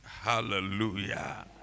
Hallelujah